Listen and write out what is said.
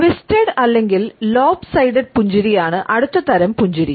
twisted പുഞ്ചിരിയാണ് അടുത്തതരം പുഞ്ചിരി